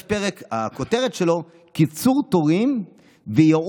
יש פרק שהכותרת שלו: קיצור תורים וייעול,